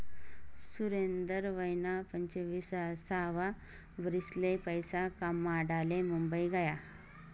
सुरेंदर वयना पंचवीससावा वरीसले पैसा कमाडाले मुंबई गया